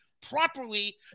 properly